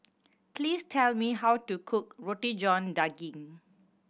please tell me how to cook Roti John Daging